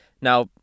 Now